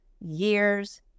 years